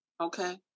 Okay